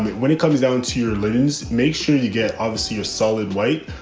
when it comes down to your linens, make sure you get obviously your solid white,